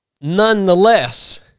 Nonetheless